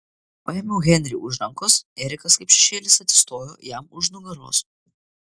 paėmiau henrį už rankos erikas kaip šešėlis atsistojo jam už nugaros